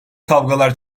kavgalar